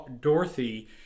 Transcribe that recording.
Dorothy